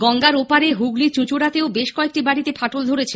গঙ্গার ওপারে হুগলীর চুঁচুড়াতেও বেশ কয়েকটি বাড়িতে ফাটল ধরেছে